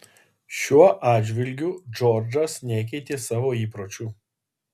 šiuo atžvilgiu džordžas nekeitė savo įpročių